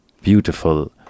beautiful